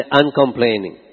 uncomplaining